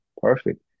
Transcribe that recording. perfect